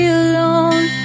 alone